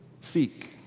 Seek